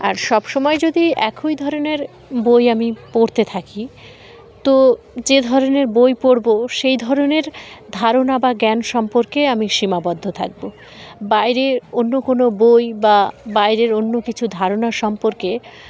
আর সব সমময় যদি একই ধরনের বই আমি পড়তে থাকি তো যে ধরনের বই পড়বো সেই ধরনের ধারণা বা জ্ঞান সম্পর্কে আমি সীমাবদ্ধ থাকবো বাইর অন্য কোনো বই বা বাইরের অন্য কিছু ধারণা সম্পর্কে